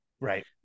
Right